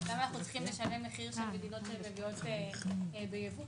למה אנחנו צריכים לשלם מחיר של מדינות שמביאות גז ביבוא?